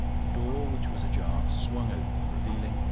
the door, which was ajar, swung open, revealing,